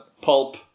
pulp